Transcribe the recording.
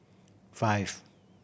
five